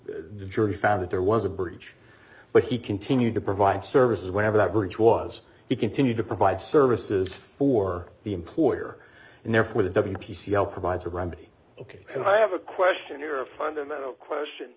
the jury found that there was a breach but he continued to provide services whatever that bridge was he continued to provide services for the employer and therefore the p c l provides a remedy ok and i have a question here a fundamental question